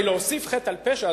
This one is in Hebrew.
כדי להוסיף חטא על פשע,